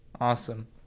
Awesome